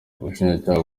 ubushinjacyaha